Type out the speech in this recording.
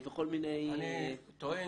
אני טוען,